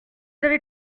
avez